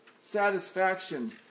satisfaction